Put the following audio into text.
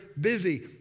busy